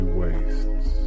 wastes